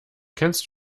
kennst